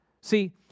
See